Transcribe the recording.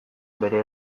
bere